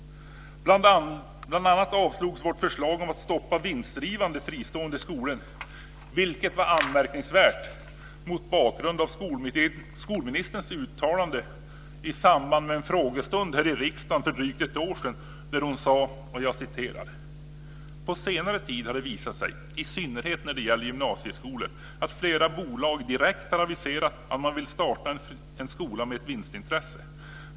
Bl.a. avslogs vårt förslag om att stoppa vinstdrivande fristående skolor, vilket var anmärkningsvärt mot bakgrund av skolministerns uttalande i samband med en frågestund här i riksdagen för drygt ett år sedan: "På senare tid har det visat sig, i synnerhet när det gäller gymnasieskolorna, att flera bolag direkt har aviserat att man vill starta en skola med ett vinstintresse.